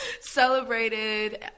celebrated